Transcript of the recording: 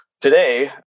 today